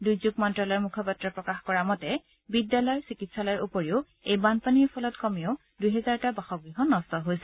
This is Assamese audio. দুৰ্যোগ মন্ত্যালয়ৰ মূখপাত্ৰই প্ৰকাশ কৰা মতে বিদ্যালয় চিকিৎসালয়ৰ উপৰিও এই বানপানীৰ ফলত কমেও দূহেজাৰটা বাসগৃহ নষ্ট হৈছে